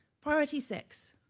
priority six,